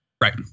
Right